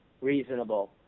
reasonable